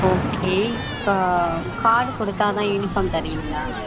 okay கா card கொடுத்தா தான் யூனிஃபார்ம் தருவீங்களா